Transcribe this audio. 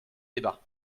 débats